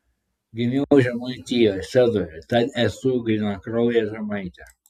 gimiau žemaitijoje sedoje tad esu grynakraujė žemaitė